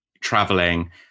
traveling